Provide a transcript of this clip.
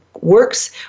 works